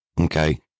Okay